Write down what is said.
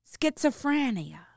schizophrenia